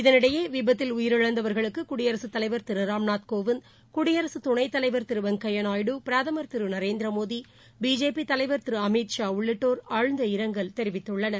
இதனிடையேவிபத்தில் உயிரிழந்தவர்களுக்குடியரசுத் தலைவர் கோவிந்த் குடியரகதுணைத் தலைவர் திருவெங்கையாநாயுடு பிரதுர் திருநரேந்திரமோடி பிஜேபிதலைவர் திருஅமீத் ஷா உள்ளிட்டோர் ஆழ்ந்த இரங்கலைதெரிவித்துள்ளனர்